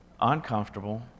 uncomfortable